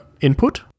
input